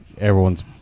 everyone's